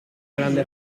grande